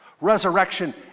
resurrection